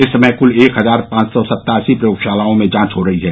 इस समय क्ल एक हजार पांच सौ सत्तासी प्रयोगशालाओं में जांच हो रही है